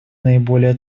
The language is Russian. наиболее